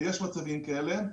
ויש מצבים כאלה.